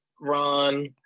Ron